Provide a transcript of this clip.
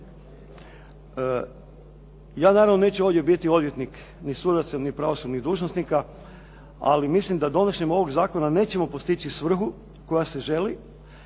Ja naravno neću ovdje biti odvjetnik ni sudaca, ni pravosudnih dužnosnika. Ali mislim da donošenjem ovog zakona nećemo postići svrhu koja se želi